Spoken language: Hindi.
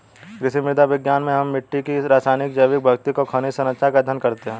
कृषि मृदा विज्ञान में हम मिट्टी की रासायनिक, जैविक, भौतिक और खनिज सरंचना का अध्ययन करते हैं